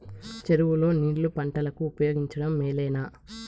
చెరువు లో నీళ్లు పంటలకు ఉపయోగించడం మేలేనా?